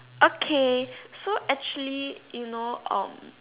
okay so actually you know um